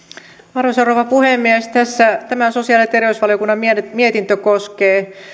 arvoisa rouva puhemies tämä sosiaali ja terveysvaliokunnan mietintö koskee